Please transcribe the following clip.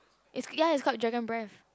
it's ya is called dragon breathe